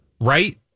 right